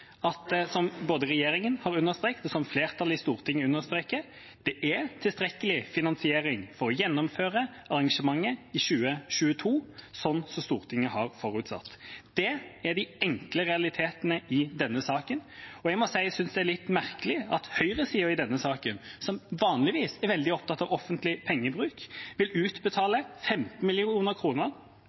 som både regjeringa har understrekt, og som flertallet i Stortinget understreker, at det er tilstrekkelig finansiering for å gjennomføre arrangementet i 2022, slik Stortinget har forutsatt. Det er de enkle realitetene i denne saken, og jeg må si at jeg synes det er litt merkelig at høyresiden i denne saken, som vanligvis er veldig opptatt av offentlig pengebruk, vil utbetale 15